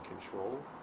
control